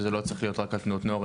שזה לא צריך להיות רק על תנועות נוער,